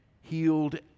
healed